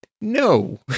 No